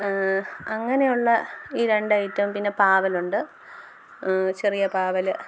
അങ്ങനെയുള്ള ഈ രണ്ട് അയിറ്റം പിന്നെ പാവലുണ്ട് ചെറിയ പാവൽ